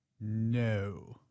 No